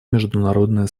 международное